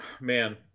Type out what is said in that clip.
man